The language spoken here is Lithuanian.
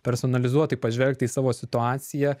personalizuotai pažvelgti į savo situaciją